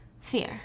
fear